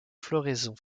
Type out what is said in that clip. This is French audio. floraison